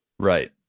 Right